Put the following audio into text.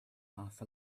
half